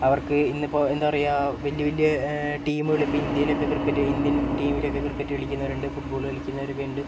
അവർക്ക് ഇന്നിപ്പോൾ എന്താ പറയാ വലിയ വലിയ ടീമുകൾ ഇപ്പോൾ ഇന്ത്യയിലൊക്കെ ക്രിക്കറ്റ് ഇന്ത്യൻ ടീമിലൊക്കെ ക്രിക്കറ്റ് കളിക്കുന്നവർ ഉണ്ട് ഫുട്ബോൾ കളിക്കുന്നവരൊക്കെ ഉണ്ട്